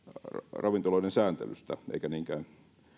ravintoloiden sääntelystä eikä niinkään